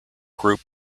group